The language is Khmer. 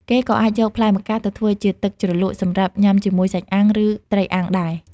គេក៏អាចយកផ្លែម្កាក់ទៅធ្វើជា ទឹកជ្រលក់ សម្រាប់ញ៉ាំជាមួយសាច់អាំង ឬត្រីអាំងដែរ។